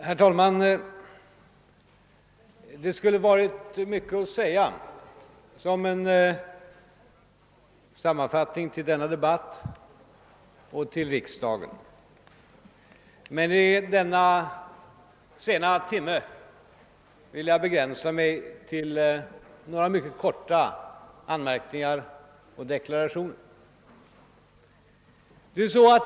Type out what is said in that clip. Herr talman! Det skulle ha varit mycket att säga som sammanfattning av denna debatt och av riksdagens vårsession, men i denna sena timme vill jag begränsa mig till några mycket korta anmärkningar och deklarationer.